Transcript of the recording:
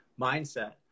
mindset